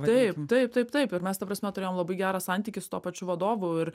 taip taip taip taip ir mes ta prasme turėjom labai gerą santykį su tuo pačiu vadovu ir